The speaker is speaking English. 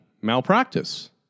malpractice